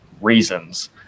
reasons